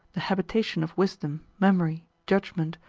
the habitation of wisdom, memory, judgment,